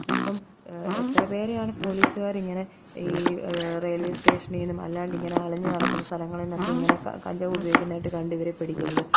ഇപ്പം എത്രപേരെയാണ് പോലീസുകാർ ഇങ്ങനെ ഈ റേ റെയിൽവേ സ്റ്റേഷനിൽ നിന്നും അല്ലാണ്ട് ഇങ്ങനെ അലഞ്ഞു നടക്കുന്ന സ്ഥലങ്ങളിൽ നിന്നുമൊക്കെ ഇങ്ങനെ ക കഞ്ചാവ് ഉപയോഗിക്കുന്നതായിട്ടു കണ്ടിട്ടവരെ പിടിക്കുന്നത്